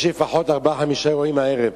יש לי לפחות ארבעה-חמישה אירועים הערב.